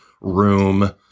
Room